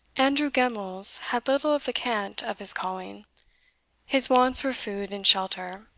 andrew gemmells had little of the cant of his calling his wants were food and shelter,